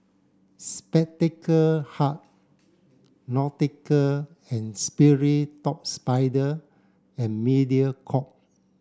Spectacle Hut Nautica and Sperry Top Sider and Mediacorp